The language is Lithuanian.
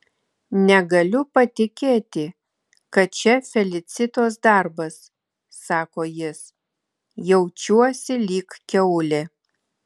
negaliu patikėti kad čia felicitos darbas sako jis jaučiuosi lyg kiaulė